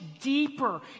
deeper